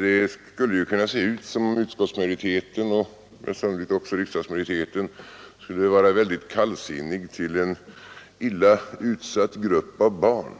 Det skulle kunna synas som om utskottsmajoriteten — och sannolikt också riksdagsmajoriteten — vore väldigt kallsinnig till en illa utsatt grupp av barn.